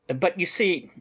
but you see,